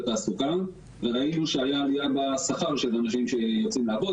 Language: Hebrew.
התעסוקה וראינו שהייתה עליה בשכר של אנשים שיוצאים לעבוד,